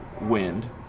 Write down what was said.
wind